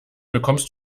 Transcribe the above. bekommst